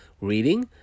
reading